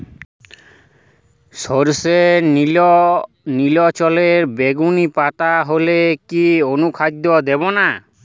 সরর্ষের নিলচে বেগুনি পাতা হলে কি অনুখাদ্য দেবো?